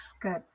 Good